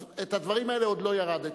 אז את הדברים האלה, עוד לא ירדתי.